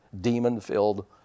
demon-filled